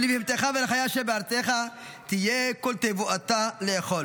ולבהמתך ולחיה אשר בארצך תהיה כל תבואתה לאכֹל".